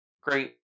Great